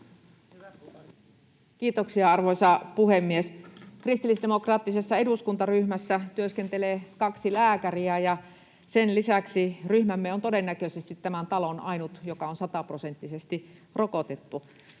Kiitoksia, arvoisa puhemies! Kristillisdemokraattisessa eduskuntaryhmässä työskentelee kaksi lääkäriä, ja sen lisäksi ryhmämme on todennäköisesti tämän talon ainut, joka on sataprosenttisesti rokotettu.